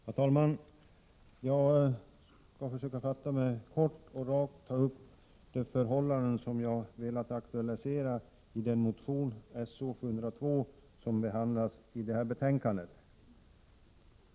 Herr talman! Jag skall försöka fatta mig kort och på ett rakt sätt ta upp de förhållanden som jag har velat aktualisera genom en motion — §0702 — som behandlas i det här betänkandet.